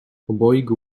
obojgu